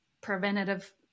preventative